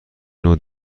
نوع